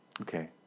Okay